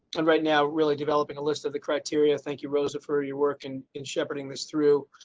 and right now really developing a list of the criteria. thank you rosa for your work, and and shepherding this through